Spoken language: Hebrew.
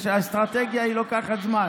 האסטרטגיה לוקחת זמן.